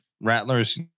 Rattlers